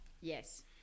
Yes